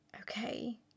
Okay